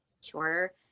Shorter